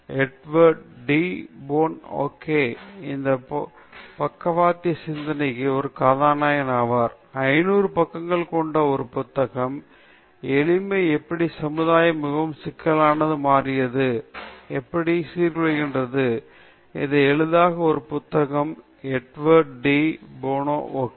Edward de Bono okay இந்த பக்கவாத்திய சிந்தனைக்கு ஒரு கதாநாயகன் ஆவார் 500 பக்கங்கள் கொண்ட ஒரு புத்தகம் எளிமை எப்படி சமுதாயம் மிகவும் சிக்கலானதாக மாறியது எப்படி சீர்குலைக்கப்படுவது இது எளிதான ஒரு புத்தகம் எட்வர்ட் டி போனோ ஓகே